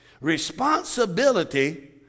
responsibility